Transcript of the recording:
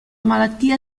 malattia